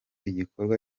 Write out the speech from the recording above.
igikorwa